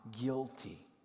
guilty